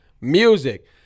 music